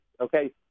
okay